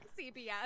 CBS